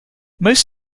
most